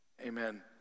amen